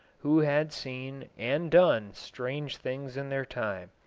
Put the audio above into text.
who had seen and done strange things in their time.